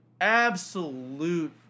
absolute